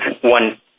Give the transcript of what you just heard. one